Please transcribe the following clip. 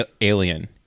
Alien